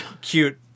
cute